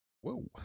Whoa